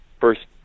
first